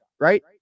right